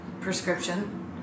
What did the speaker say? prescription